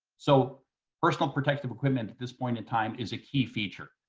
so personal protective equipment at this point in time is a key feature.